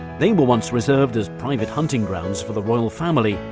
they were once reserved as private hunting grounds for the royal family,